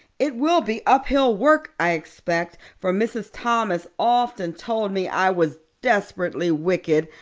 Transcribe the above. it will be uphill work, i expect, for mrs. thomas often told me i was desperately wicked.